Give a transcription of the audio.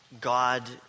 God